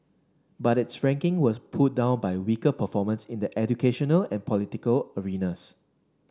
but its ranking was pulled down by weaker performance in the educational and political arenas